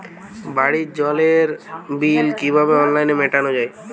বাড়ির জলের বিল কিভাবে অনলাইনে মেটানো যায়?